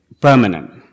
permanent